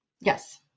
Yes